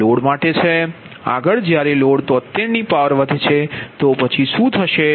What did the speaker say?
આગળ જ્યારે લોડ 73 ની પાવર વધે છે તો પછી શું થશે